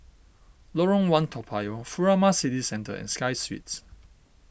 Lorong one Toa Payoh Furama City Centre and Sky Suites